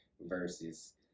versus